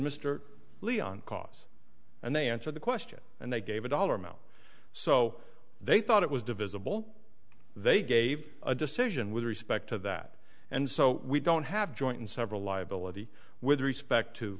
mr leon cause and they answered the question and they gave a dollar amount so they thought it was divisible they gave a decision with respect to that and so we don't have joint and several liability with respect to